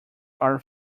are